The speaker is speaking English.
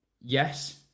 yes